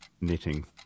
Knitting